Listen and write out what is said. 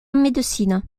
médecine